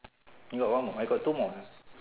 you got one more I got two more